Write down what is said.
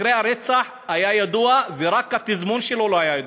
מקרה הרצח היה ידוע, ורק התזמון שלו לא היה ידוע.